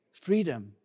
freedom